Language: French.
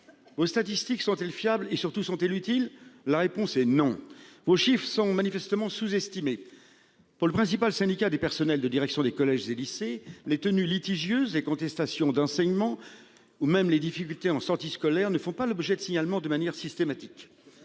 Vos statistiques sont-ils fiables et surtout, sont-elles utiles. La réponse est non. Vos chiffres sont manifestement sous-estimé. Pour le principal syndicat des personnels de direction des collèges et lycées les tenues litigieuse et contestation d'enseignement ou même les difficultés en sortie scolaire ne font pas l'objet de signalements de manière systématique.